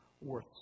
worth